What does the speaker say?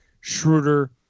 Schroeder